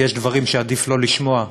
כי יש דברים שעדיף לא לשמוע,